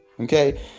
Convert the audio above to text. okay